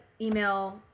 email